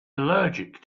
allergic